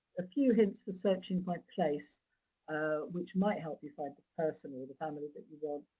a few hints to searching by place ah which might help you find the person or the family that you want,